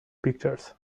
pictures